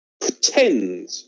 pretend